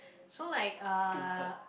so like uh